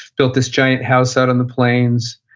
built this giant house out on the plains.